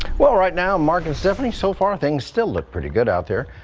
well right now mark and stephanie so far things still look pretty good out there.